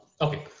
Okay